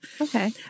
Okay